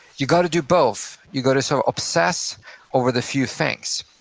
you gotta do both, you gotta so obsess over the few things.